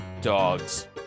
dogs